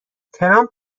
ترامپ